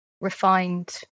refined